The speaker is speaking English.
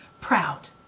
proud